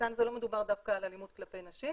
כשכאן לא מדובר דווקא על אלימות כלפי נשים